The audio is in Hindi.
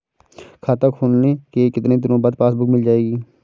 खाता खोलने के कितनी दिनो बाद पासबुक मिल जाएगी?